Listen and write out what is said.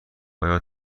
آیا